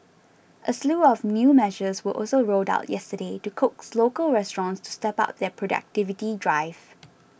a slew of new measures were also rolled out yesterday to coax local restaurants to step up their productivity drive